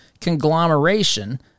conglomeration